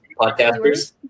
podcasters